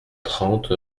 trente